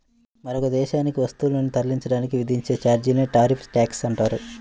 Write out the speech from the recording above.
మరొక దేశానికి వస్తువులను తరలించడానికి విధించే ఛార్జీలనే టారిఫ్ ట్యాక్స్ అంటారు